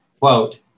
quote